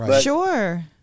sure